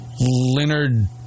Leonard